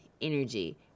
energy